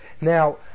Now